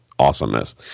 awesomeness